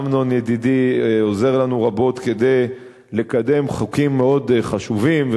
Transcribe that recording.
אמנון ידידי עוזר לנו רבות כדי לקדם חוקים מאוד חשובים,